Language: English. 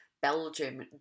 Belgium